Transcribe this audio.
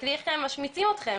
תסתכלי איך משמיצים אתכם.